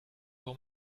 voor